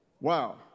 Wow